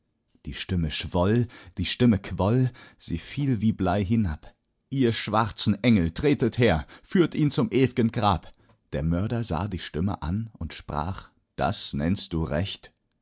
die stimme schwoll die stimme quoll sie fiel wie blei hinab ihr schwarzen engel tretet her führt ihn zum ewigen grab der mörder sah die stimme an und sprach das nennst du recht